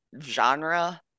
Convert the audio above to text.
Genre